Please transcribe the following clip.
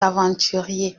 aventuriers